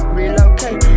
relocate